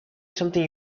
something